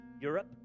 Europe